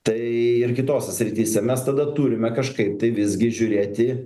tai ir kitose srityse mes tada turime kažkaip tai visgi žiūrėti